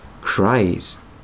Christ